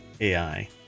AI